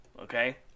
okay